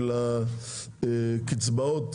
של הקצבאות.